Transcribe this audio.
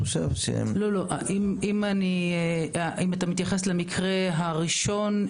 אם אתה מתייחס למקרה הראשון,